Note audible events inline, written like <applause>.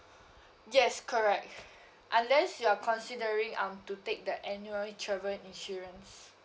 yes correct <breath> unless you're considering um to take the annual travel insurance